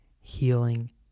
healing